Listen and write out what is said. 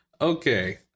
Okay